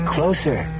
Closer